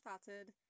started